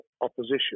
opposition